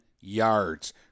yards